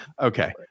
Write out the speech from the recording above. Okay